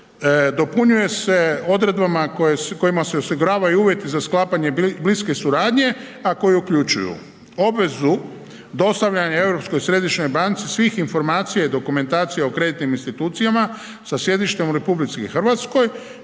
dopunjuje se odredbama kojima se osiguravaju uvjeti za sklapanje bliske suradnje a koji uključuju obvezu dostavljanja Europskoj središnjoj banci svih informacija i dokumentacija o kreditnim institucijama sa sjedištem u RH koje